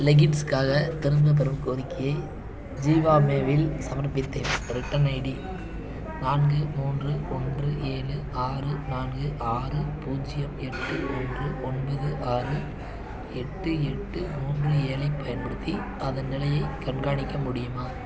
லெகின்ஸ்க்காக திரும்பப்பெறும் கோரிக்கையை ஜீவாமேவில் சமர்ப்பித்தேன் ரிட்டர்ன் ஐடி நான்கு மூன்று ஒன்று ஏழு ஆறு நான்கு ஆறு பூஜ்ஜியம் எட்டு ஒன்று ஒன்பது ஆறு எட்டு எட்டு மூன்று ஏழைப் பயன்படுத்தி அதன் நிலையைக் கண்காணிக்க முடியுமா